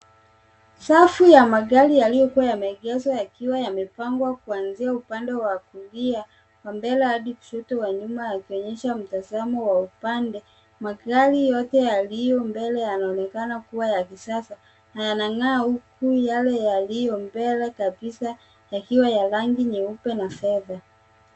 Safu ya magari yaliyokuwa yameegeshwa yakiwa yamepangwa kuanzia upande wa kulia wa mbele hadi kushoto wa nyuma, yakionyesha mtazamo wa upande. Magari yote yaliyo mbele yanaonekana kuwa ya kisasa na yanang'aa, huku yale yaliyo mbele kabisa yakiwa ya rangi nyeupe na fedha.